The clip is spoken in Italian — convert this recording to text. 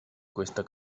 questa